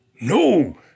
No